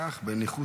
קח בניחותא.